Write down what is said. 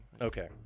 okay